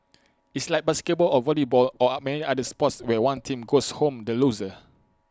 it's like basketball or volleyball or many other sports where one team goes home the loser